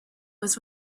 was